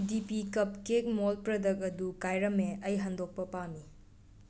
ꯗꯤ P ꯀꯞꯀꯦꯛ ꯃꯣꯜꯗ product ꯑꯗꯨ ꯀꯥꯏꯔꯝꯃꯦ ꯑꯩ ꯍꯟꯗꯣꯛꯄ ꯄꯥꯝꯃꯤ